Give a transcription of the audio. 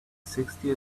sixty